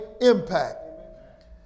impact